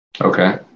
Okay